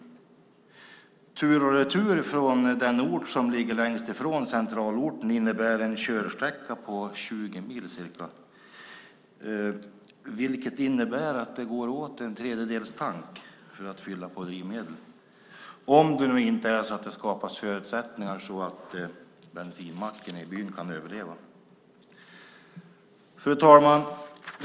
En resa tur och retur mellan centralorten och den ort som ligger längst ifrån centralorten innebär en körsträcka på ca 20 mil. Det innebär att det går åt en tredjedels tank för att fylla på drivmedel om det inte skapas förutsättningar så att bensinmacken i byn kan överleva. Fru talman!